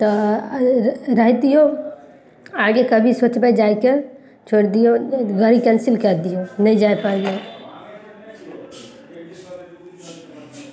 आबै छथिन भोटके समयमे आबै छथिन आ अथी कऽ कऽ चलि जाइ छथिन देखा कऽ चलि जाइ छथिन किछु मने दऽ नहि पाबै छथिन भोटके समयमे आबि कऽ बुझलियै आओर